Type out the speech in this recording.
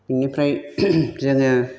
बिनिफ्राय जोङो